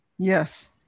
yes